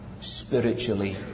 spiritually